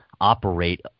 operate –